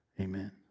Amen